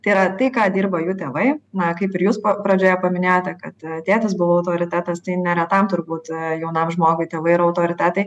tai yra tai ką dirba jų tėvai na kaip ir jūs pa pradžioje paminėjote kad tėtis buvo autoritetas tai ne retam turbūt jaunam žmogui tėvai yra autoritetai